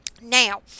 Now